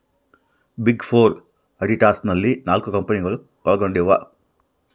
big four auditors ನಲ್ಲಿ ನಾಲ್ಕು ಕಂಪನಿಗಳು ಒಳಗೊಂಡಿವ